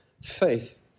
Faith